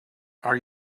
are